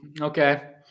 Okay